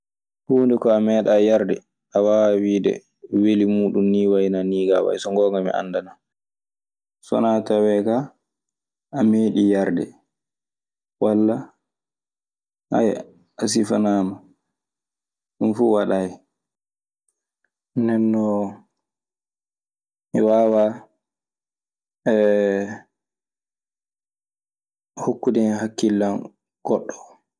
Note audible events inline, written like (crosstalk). Huunde ko a ɓeeɗaa yarde, a,waawa wiide weli muuɗun nii wayi naa niigaa wayi. So ngoonga mi anndanaa. So wanaa tawee kaa a meeɗii yarde walla ka sifanaama. Ɗun fuu waɗaayi. Nden non mi waawaa (hesitation) hokkude hen hakkillan goɗɗo